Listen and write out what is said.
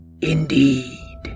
Indeed